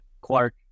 clark